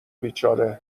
بیچاره